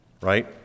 right